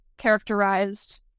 characterized